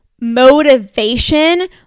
motivation